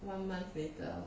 one month later